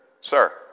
Sir